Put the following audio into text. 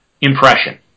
impression